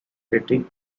critique